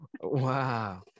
wow